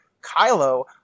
Kylo